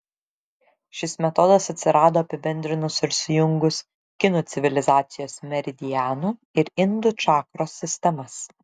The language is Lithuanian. šis metodas atsirado apibendrinus ir sujungus kinų civilizacijos meridianų ir indų čakros sistemas